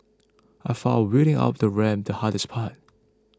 I found wheeling up the ramp the hardest part